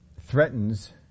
threatens